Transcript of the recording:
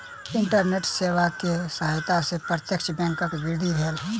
internet सेवा के सहायता से प्रत्यक्ष बैंकक वृद्धि भेल